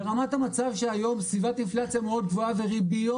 ברמת המצב שהיום סביבת אינפלציה מאוד גבוהה וריביות